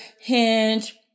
hinge